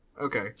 okay